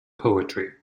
poetry